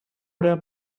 der